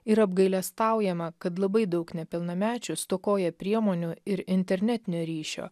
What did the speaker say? ir apgailestaujama kad labai daug nepilnamečių stokoja priemonių ir internetinio ryšio